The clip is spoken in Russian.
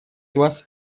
вас